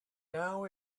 now